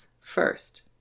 first